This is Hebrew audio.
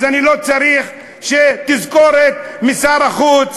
אז אני לא צריך תזכורת משר החוץ,